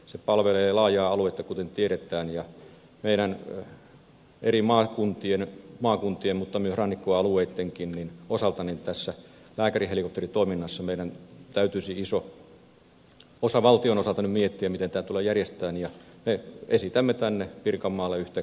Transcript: se palvelee laajaa aluetta kuten tiedetään ja meidän eri maakuntien mutta myös rannikkoalueittenkin osalta tässä lääkärihelikopteritoiminnassa meidän täytyisi iso osa valtion osalta nyt miettiä miten tämä tulee järjestää ja me esitämme tänne pirkanmaalle yhtä kopteripistettä